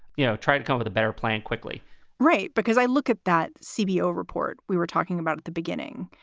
you know, try to come with a better plan quickly right. because i look at that cbo report we were talking about at the beginning,